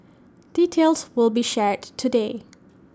details will be shared today